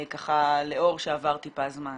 לאור שעבר טיפה זמן.